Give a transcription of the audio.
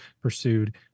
pursued